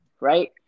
right